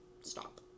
stop